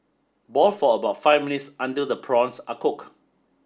boil for about five minutes until the prawns are cooked